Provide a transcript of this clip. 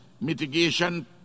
mitigation